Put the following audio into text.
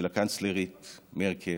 של הקנצלרית מרקל,